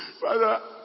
Father